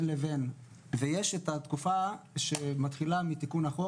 ויש את התקופה שמתחילה מתיקון החוק,